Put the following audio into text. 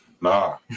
Nah